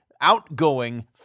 outgoing